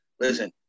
listen